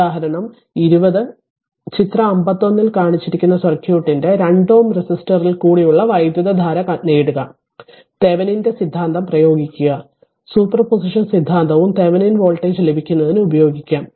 ഉദാഹരണം 20 ചിത്രം 51 ൽ കാണിച്ചിരിക്കുന്ന സർക്യൂട്ടിന്റെ 2 Ω റെസിസ്റ്ററിൽ കൂടിയുള്ള വൈദ്യുതധാര നേടുക തെവെനിന്റെ സിദ്ധാന്തം ഉപയോഗിക്കുക സൂപ്പർ പൊസിഷൻ സിദ്ധാന്തവും തെവെനിൻ വോൾട്ടേജ് ലഭിക്കുന്നതിന് ഉപയോഗിക്കും